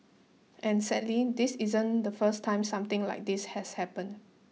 and sadly this isn't the first time something like this has happened